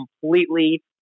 completely